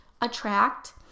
attract